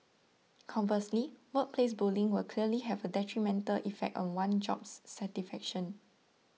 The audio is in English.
conversely workplace bullying will clearly have a detrimental effect on one's job satisfaction